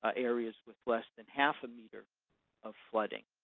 ah areas with less than half a meter of flooding.